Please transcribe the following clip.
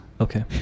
Okay